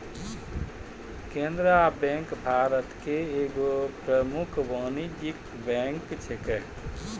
Canara bank Bharat के एगो प्रमुख वाणिज्यिक बैंक छै